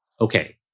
okay